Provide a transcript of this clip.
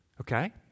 Okay